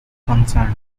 concerned